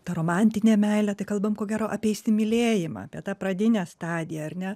ta romantinė meilė tai kalbam ko gero apie įsimylėjimą apie tą pradinę stadiją ar ne